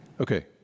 Okay